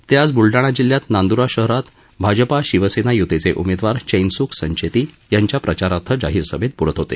ते आज बुलडाणा जिल्हयात नांद्रा शहरात भाजपा शिवसेना य्तीचे ऊमेदवार चैनसूख संचेती यांच्या प्रचारार्थ जाहीर सभेत बोलत होते